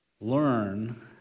learn